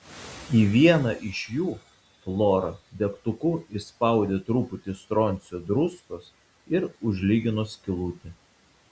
į vieną iš jų flora degtuku įspaudė truputį stroncio druskos ir užlygino skylutę